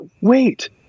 wait